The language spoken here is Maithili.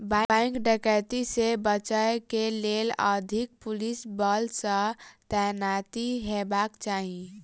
बैंक डकैती से बचय के लेल अधिक पुलिस बल के तैनाती हेबाक चाही